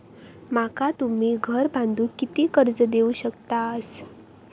माका तुम्ही घर बांधूक किती कर्ज देवू शकतास?